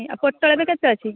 ପୋଟଳ ଏବେ କେତେ ଅଛି